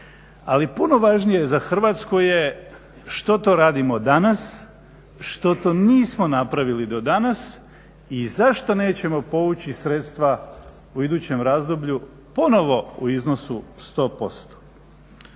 ali puno važnije za Hrvatsku je što to radimo danas, što to nismo napravili do danas i zašto nećemo povući sredstva u idućem razdoblju ponovo u iznosu 100%?